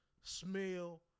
smell